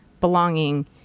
belonging